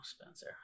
Spencer